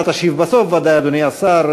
אתה ודאי תשיב בסוף, אדוני השר.